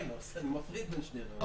אני מפריד בין שני הדברים.